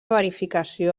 verificació